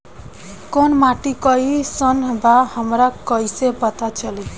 कोउन माटी कई सन बा हमरा कई से पता चली?